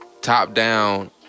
top-down